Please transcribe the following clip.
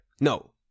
No